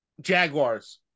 Jaguars